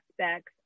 aspects